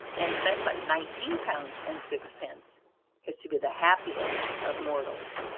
and spend but nineteen pounds and sixpence is to be the happiest of mortals.